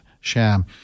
Sham